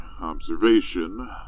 observation